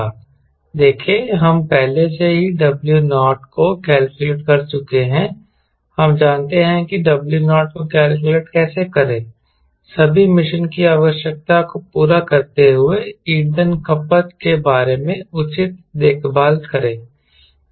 देखें हम पहले से ही W नॉट को कैलकुलेट कर चुके हैं हम जानते हैं कि W0 को कैलकुलेट कैसे करें सभी मिशन की आवश्यकता को पूरा करते हुए ईंधन खपत के बारे में उचित देखभाल करें